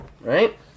right